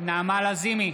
נעמה לזימי,